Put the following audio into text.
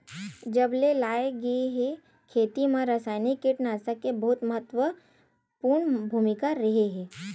जब से लाए गए हे, खेती मा रासायनिक कीटनाशक के बहुत महत्वपूर्ण भूमिका रहे हे